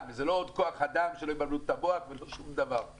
זה לא עוד כוח אדם ושלא יבלבלו את המוח ולא שום דבר.